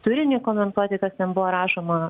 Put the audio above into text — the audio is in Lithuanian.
turinį komentuoti kas ten buvo rašoma